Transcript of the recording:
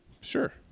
Sure